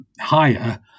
higher